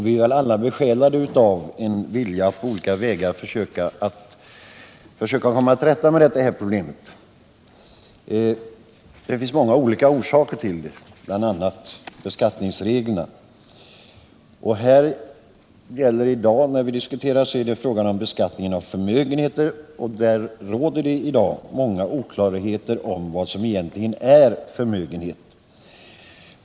Vi är alla besjälade av en vilja att på olika vägar försöka komma till rätta med detta problem. Det finns många olika orsaker till det, bl.a. beskattningsreglerna. I dag diskuterar vi frågan om beskattningen av förmögenheter. Där råder det många oklarheter om vad som egentligen är förmögenhet.